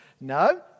No